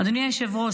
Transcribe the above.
אדוני היושב-ראש,